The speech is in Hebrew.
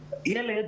עכשיו,